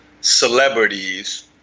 celebrities